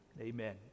Amen